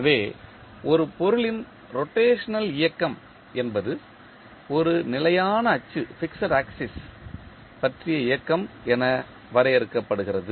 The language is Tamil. எனவே ஒரு பொருளின் ரொட்டேஷனல் இயக்கம் என்பது ஒரு நிலையான அச்சு பற்றிய இயக்கம் என வரையறுக்கப்படுகிறது